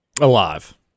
Alive